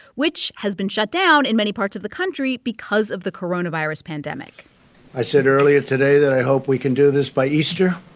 which has been shut down in many parts of the country because of the coronavirus pandemic i said earlier today that i hope we can do this by easter.